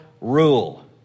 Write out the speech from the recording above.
rule